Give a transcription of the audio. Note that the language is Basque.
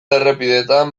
errepideetan